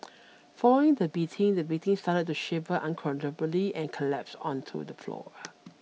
following the beating the victim started to shiver uncontrollably and collapsed onto the floor